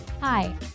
Hi